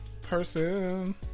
Person